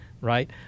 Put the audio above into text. right